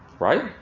right